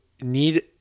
need